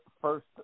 first